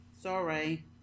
sorry